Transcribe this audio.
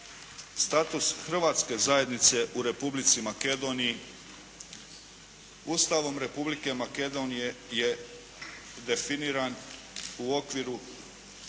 Status hrvatske zajednice u Republici Makedoniji Ustavom Republike Makedonije je definiran u okvirima